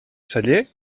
celler